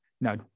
no